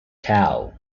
tau